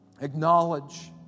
Acknowledge